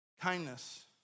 kindness